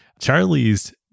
Charlie's